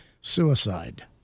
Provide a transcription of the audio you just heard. suicide